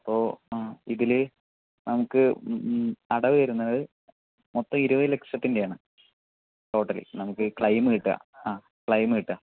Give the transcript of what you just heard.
അപ്പോൾ ഇതിൽ നമുക്ക് അടവ് വരുന്നത് മൊത്തം ഇരുപത് ലക്ഷത്തിൻ്റെ ആണ് ടോടൽ നമുക്ക് ക്ലെയിം കിട്ടുക ആ ക്ലെയിം കിട്ടുക